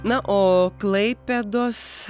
na o klaipėdos